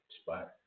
spot